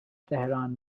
tehran